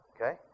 Okay